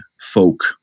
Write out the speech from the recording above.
folk